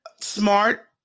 smart